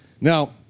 Now